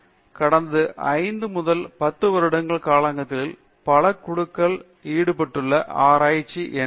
பேராசிரியர் பிரதாப் ஹரிதாஸ் சமீபத்தில் கடந்த 5 முதல் 10 வருட காலத்தில் பல குழுக்கள் ஈடுபட்ட ஆராய்ச்சி பகுதிகள் என்ன